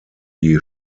die